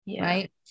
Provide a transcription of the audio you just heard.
Right